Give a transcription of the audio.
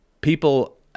people